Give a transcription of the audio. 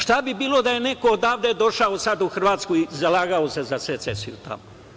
Šta bi bilo da je neko odavde došao sada u Hrvatsku i zalagao se za secesiju tamo?